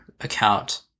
account